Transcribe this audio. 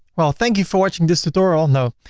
well, thank you for watching this tutorial. no.